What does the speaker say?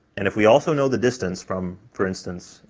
and if we also know the distance from, for instance,